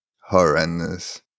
Horrendous